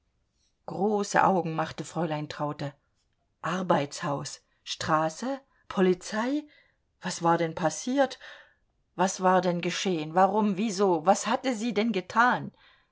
große augen machte fräulein traute arbeitshaus straße polizei was war denn passiert was war denn geschehen warum wieso was hatte sie denn getan